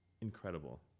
Incredible